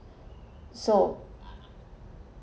so